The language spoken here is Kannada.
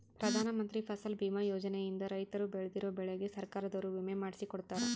ಪ್ರಧಾನ ಮಂತ್ರಿ ಫಸಲ್ ಬಿಮಾ ಯೋಜನೆ ಇಂದ ರೈತರು ಬೆಳ್ದಿರೋ ಬೆಳೆಗೆ ಸರ್ಕಾರದೊರು ವಿಮೆ ಮಾಡ್ಸಿ ಕೊಡ್ತಾರ